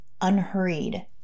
unhurried